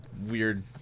weird